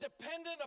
dependent